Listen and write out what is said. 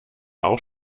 auch